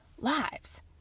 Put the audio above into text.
lives